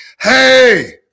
Hey